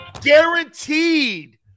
Guaranteed